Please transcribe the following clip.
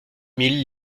mille